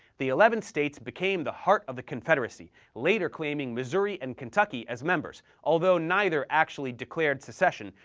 the eleven states became the heart of the confederacy, later claiming missouri and kentucky as members, although neither actually declared secession,